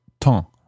temps